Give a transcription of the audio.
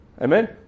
Amen